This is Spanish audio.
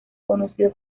conocido